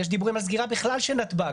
יש דיבורים על סגירה בכלל של נתב"ג,